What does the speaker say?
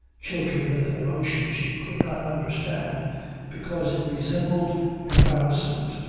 choking with an emotion she could not understand because it resembled embarrassment,